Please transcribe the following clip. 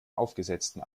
aufgesetzten